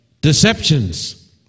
deceptions